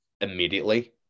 immediately